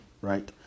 Right